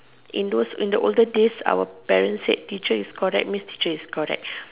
in those in the olden days when our parents say teacher is correct that means teacher is correct